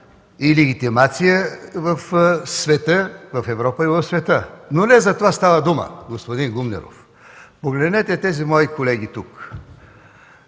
и легитимация в Европа и в света. Но не за това става дума, господин Гумнеров. Погледнете тези мои колеги тук!